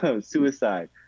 suicide